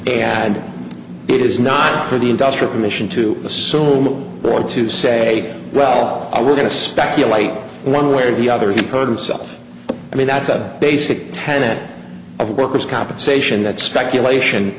and it is not for the industrial commission to assume broad to say well we're going to speculate one way or the other component self i mean that's a basic tenet of workers compensation that speculation